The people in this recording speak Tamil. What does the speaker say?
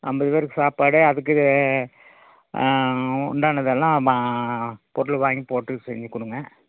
ஐம்பது பேருக்கு சாப்பாடு அதுக்கு உண்டானதெல்லாம் மா பொருள் வாங்கி போட்டு செஞ்சுக் கொடுங்க